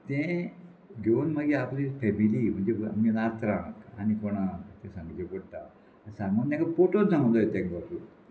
तें घेवन मागीर आपली फॅमिली म्हणजे आमी नात्रांक आनी कोणाक हा तें सांगचें पडटा सांगून तेंका पोटोन सांगूंक जाय तेंक बाबू